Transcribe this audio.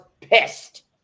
pissed